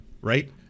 right